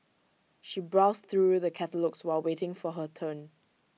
she browsed through the catalogues while waiting for her turn